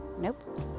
Nope